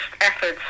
efforts